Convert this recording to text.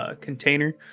container